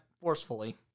forcefully